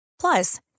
Plus